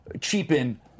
cheapen